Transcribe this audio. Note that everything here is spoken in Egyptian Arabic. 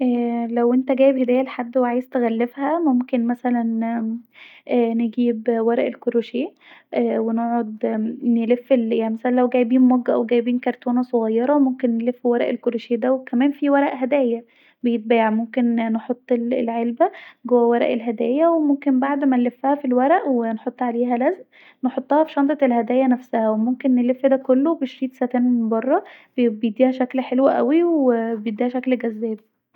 او انت جايب هديه لحد وعاوز تغلفها ممكن مثلا ااا نجيب ورقه الكورشيه ونقعد نلف يعني لو جايين مج لو جايين كرتونه صغيره نلف ورق الكورشيه ده وكمان في ورق هدايا بيتباع ممكن نحط العلبه جوه ورق الهدايا وممكن بعد ما نلفها في الورق ونحط عليها لزق نحطها في شنطه الهدايا نفسها وممكن نلف ده كله بشريط ستان من بره بيديها شكل حلو اوي وبيديها شكل جذاب